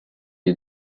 est